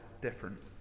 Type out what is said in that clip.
different